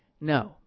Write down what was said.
No